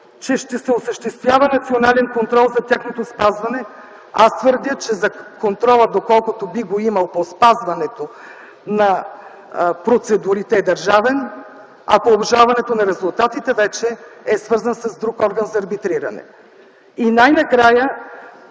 че ще се осъществява национален контрол за тяхното спазване. Аз твърдя, че контролът, доколкото би го имал по спазването на процедурите, е държавен, а по обжалването на резултатите вече е свързан с друг орган за арбитриране. И най-накрая